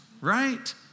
right